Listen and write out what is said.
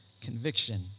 conviction